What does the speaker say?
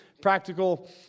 practical